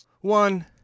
One